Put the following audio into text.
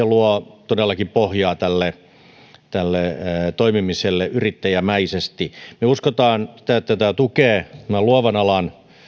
luo todellakin pohjaa toimimiselle yrittäjämäisesti me uskomme että tämä tukee luovan alan